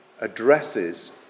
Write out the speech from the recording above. addresses